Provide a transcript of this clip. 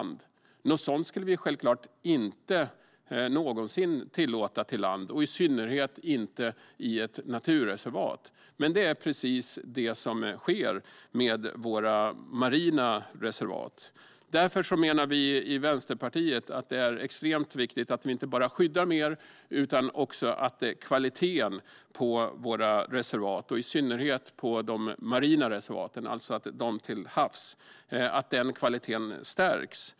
Något sådant skulle vi självklart aldrig någonsin tillåta till lands och i synnerhet inte i ett naturreservat. Men det är precis detta som sker med våra marina reservat. Därför menar vi i Vänsterpartiet att det är extremt viktigt att vi inte bara skyddar mer utan också att kvaliteten stärks i synnerhet i de marina reservaten, alltså de till havs.